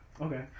Okay